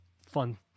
fun